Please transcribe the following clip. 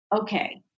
okay